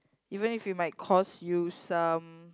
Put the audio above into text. even if we might cause you some